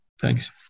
Thanks